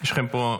יש לכם פה,